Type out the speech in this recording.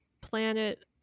planet